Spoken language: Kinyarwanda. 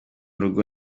rugo